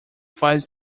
five